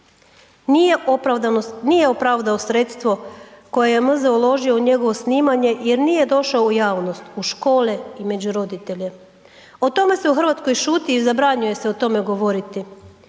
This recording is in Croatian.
Nije opravdao sredstvo koje je .../Govornik se ne razumije./... uložio u njegovo snimanje jer nije došao u javnost, u škole i među roditelje. O tome se u Hrvatskoj šuti i zabranjuje se o tome govoriti.